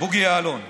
בוגי יעלון: